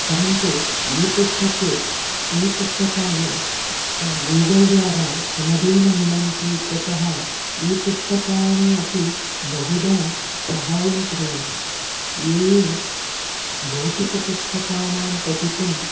परन्तु ई पुस्तके श् ई पुस्तकानि गूगल् द्वारा सुलभेन मिलन्ति इत्यतः ई पुस्तकानि अपि बहुधा सहायं कुर्वन्ति ये ये भौतिकपुस्तकानां पठितुं